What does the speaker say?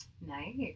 Nice